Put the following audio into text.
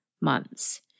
months